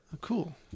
Cool